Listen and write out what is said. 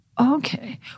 okay